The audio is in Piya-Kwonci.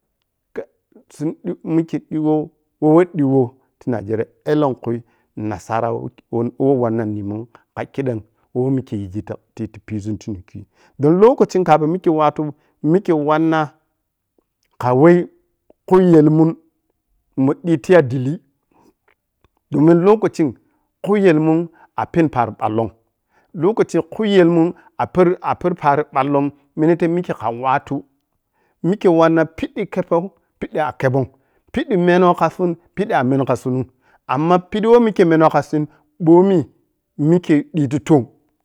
Khe sunɓi mikhe ɓiwoh woh ɓiwoh ti nijiriya elenku nasara woh woh wannan numun ka khidan woh mikhe yizin ta tafizun ti nikhi don lokaci kaffin lokhe watu mikhe ɓitiyaɓihi. Domin lokacin kuyumu a penu paro ballo, lokaci kuyumun per paro ballo lokaci kuyumun per a per paro ballon minate mikhe ka watu mikhe wannan piɓɓi keppo piɓɓi a khebon piɓɓi meno khasun piɓɓi a menu khasunin amma piɓɓi weh mikhe menokasun bami mikhe ɓiti tom